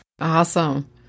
Awesome